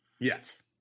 Yes